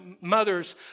mother's